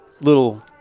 little